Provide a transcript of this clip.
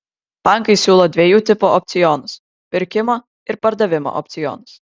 bankai siūlo dviejų tipų opcionus pirkimo ir pardavimo opcionus